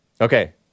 Okay